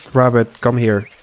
rabbit, come here.